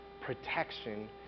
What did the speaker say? protection